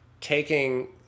taking